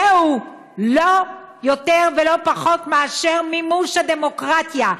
זה לא יותר ולא פחות מאשר מימוש הדמוקרטיה.